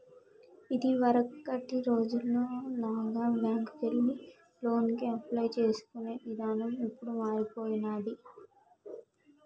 ఇదివరకటి రోజుల్లో లాగా బ్యేంకుకెళ్లి లోనుకి అప్లై చేసుకునే ఇదానం ఇప్పుడు మారిపొయ్యినాది